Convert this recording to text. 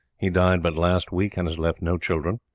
he died but last week and has left no children.